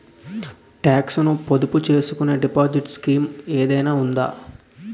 Talks ను పొదుపు చేసుకునే డిపాజిట్ స్కీం ఏదైనా ఉందా?